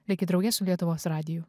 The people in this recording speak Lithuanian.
likit drauge su lietuvos radiju